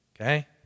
Okay